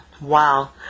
Wow